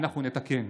אנחנו נתקן.